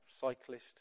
cyclist